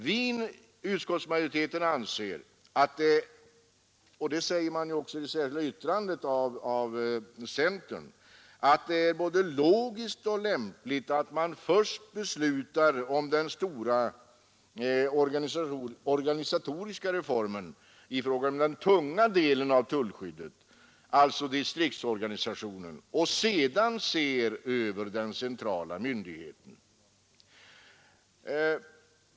Vi i utskottsmajoriteten anser — och det sägs även i det särskilda yttrandet av centern — att det är både logiskt och lämpligt att man först beslutar om den stora organisatoriska reformen i fråga om den tunga delen av tullskyddet, alltså distriktsorganisationen, och sedan ser över den centrala myndigheten.